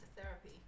therapy